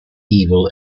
evil